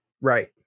Right